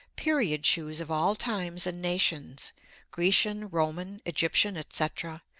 period shoes of all times and nations grecian, roman, egyptian, etc,